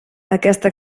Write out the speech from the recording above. aquesta